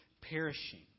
perishing